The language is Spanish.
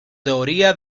teoría